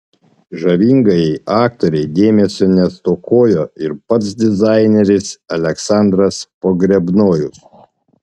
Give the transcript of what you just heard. žavingajai aktorei dėmesio nestokojo ir pats dizaineris aleksandras pogrebnojus